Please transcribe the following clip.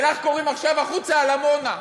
ולך קוראים עכשיו החוצה על עמונה.